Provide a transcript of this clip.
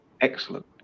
excellent